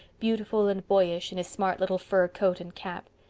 beautiful and boyish, in his smart little fur coat and cap.